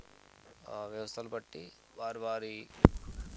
వ్యవస్థలు బట్టి వారి వారి